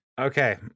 Okay